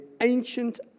ancient